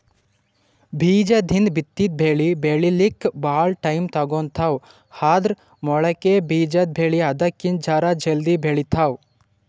ಬೀಜದಿಂದ್ ಬಿತ್ತಿದ್ ಬೆಳಿ ಬೆಳಿಲಿಕ್ಕ್ ಭಾಳ್ ಟೈಮ್ ತಗೋತದ್ ಆದ್ರ್ ಮೊಳಕೆ ಬಿಜಾದ್ ಬೆಳಿ ಅದಕ್ಕಿಂತ್ ಜರ ಜಲ್ದಿ ಬೆಳಿತಾವ್